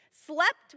slept